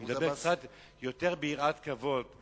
הוא מדבר קצת יותר ביראת כבוד,